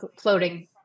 floating